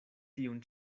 tiun